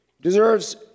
deserves